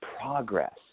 progress